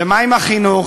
ומה עם החינוך?